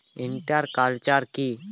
Inter culture কি?